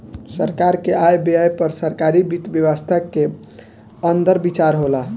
सरकार के आय व्यय पर सरकारी वित्त व्यवस्था के अंदर विचार होला